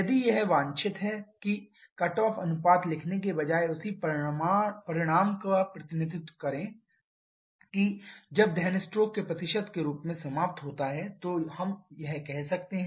यदि यह वांछित है कि कट ऑफ अनुपात लिखने के बजाय उसी परिणाम का प्रतिनिधित्व करें कि जब दहन स्ट्रोक के प्रतिशत के रूप में समाप्त होता है तो हम यह कैसे कर सकते हैं